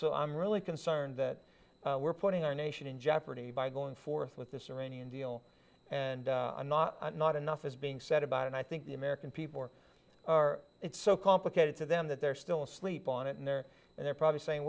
so i'm really concerned that we're putting our nation in jeopardy by going forth with this arena and deal and not not enough is being said about and i think the american people it's so complicated to them that they're still asleep on it and they're and they're probably saying